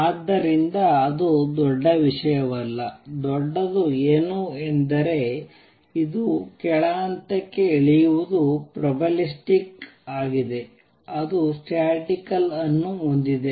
ಆದ್ದರಿಂದ ಅದು ದೊಡ್ಡ ವಿಷಯವಲ್ಲ ದೊಡ್ಡದು ಏನು ಎಂದರೆ ಇದು ಕೆಳ ಹಂತಕ್ಕೆ ಇಳಿಯುವುದು ಪ್ರೊಬಬಿಲಿಸ್ಟಿಕ್ ಆಗಿದೆ ಅದು ಸ್ಟ್ಯಾಟಿಸ್ಟಿಕಲ್ ಅನ್ನು ಹೊಂದಿದೆ